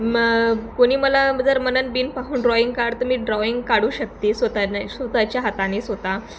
मग कोणी मला जर म्हणलं बिना पाहून ड्रॉईंग काढ तर मी ड्रॉईंग काढू शकते स्वत नं स्वत च्या हातानी स्वत